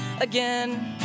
again